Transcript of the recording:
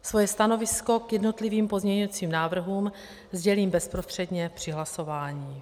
Svoje stanovisko k jednotlivým pozměňujícím návrhům sdělím bezprostředně při hlasování.